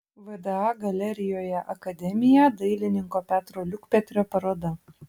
vda galerijoje akademija dailininko petro liukpetrio paroda